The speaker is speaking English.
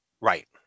right